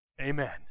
Amen